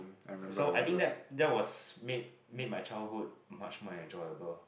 so I think that that was made made my childhood much more enjoyable